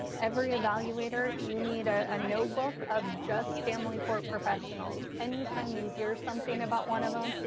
every evaluator. you need a ah notebook of just family court professionals. anytime you hear something about one of them,